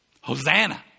Hosanna